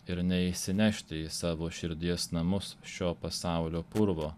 ir neįsinešti į savo širdies namus šio pasaulio purvo